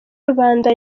rubanda